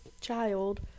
child